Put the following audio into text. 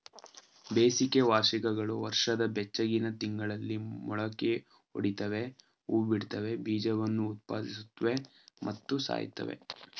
ಬೇಸಿಗೆ ವಾರ್ಷಿಕಗಳು ವರ್ಷದ ಬೆಚ್ಚಗಿನ ತಿಂಗಳಲ್ಲಿ ಮೊಳಕೆಯೊಡಿತವೆ ಹೂಬಿಡ್ತವೆ ಬೀಜವನ್ನು ಉತ್ಪಾದಿಸುತ್ವೆ ಮತ್ತು ಸಾಯ್ತವೆ